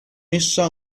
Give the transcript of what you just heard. essa